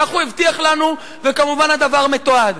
כך הוא הבטיח לנו, וכמובן הדבר מתועד.